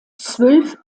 zwölf